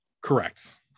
Correct